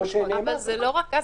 כמו שנאמר כאן.